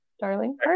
Darling